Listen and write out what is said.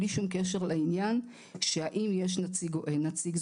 בלי שום קשר לעניין שהאם יש נציג או אין נציג.